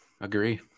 Agree